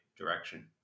direction